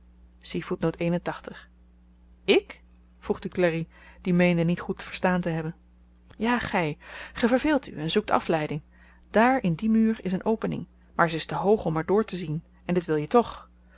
ik vroeg duclari die meende niet goed verstaan te hebben ja gy ge verveelt u en zoekt afleiding dààr in dien muur is een opening maar zy is te hoog om er doortezien en dit wil je toch